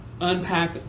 unpack